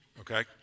okay